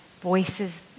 voices